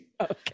Okay